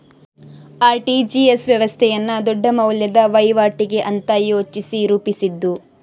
RTGS ವ್ಯವಸ್ಥೆಯನ್ನ ದೊಡ್ಡ ಮೌಲ್ಯದ ವೈವಾಟಿಗೆ ಅಂತ ಯೋಚಿಸಿ ರೂಪಿಸಿದ್ದು